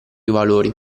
valori